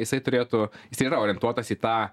jisai turėtų jisai yra orientuotas į tą